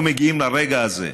היינו מגיעים לרגע הזה.